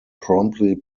promptly